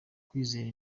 kwizera